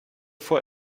vor